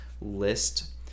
list